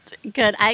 Good